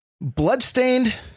bloodstained